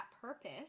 purpose